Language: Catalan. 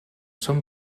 són